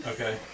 Okay